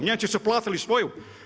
Nijemci su platili svoju.